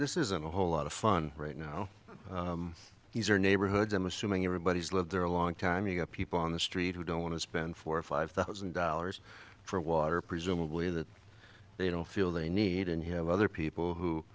this isn't a whole lot of fun right now he's your neighborhood i'm assuming everybody's lived there a long time you get people on the street who don't want to spend four or five thousand dollars for water presumably that they don't feel they need and you have other people who